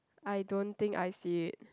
I don't think I see it